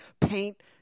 paint